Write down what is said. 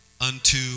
unto